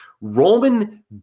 Roman